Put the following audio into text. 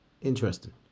interesting